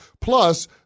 Plus